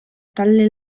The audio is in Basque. talde